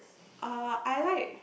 uh I like